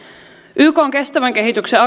ykn kestävän kehityksen